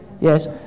Yes